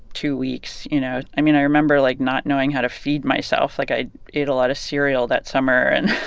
two weeks, you know? i mean, i remember, like, not knowing how to feed myself. like, i ate a lot of cereal that summer and